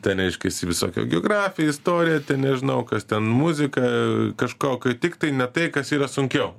ten reiškiasi visokio geografija istorija ten nežinau kas ten muzika kažko kai tiktai ne tai kas yra sunkiau